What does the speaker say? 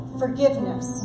forgiveness